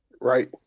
Right